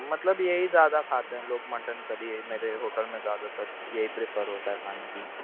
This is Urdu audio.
مطلب یہی زیادہ کھاتے ہیں لوگ مٹن کری یہ میرے ہوٹل میں زیادہ تر یہی پریفر ہوتا ہے کھانے کے لیے